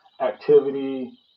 activity